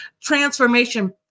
transformation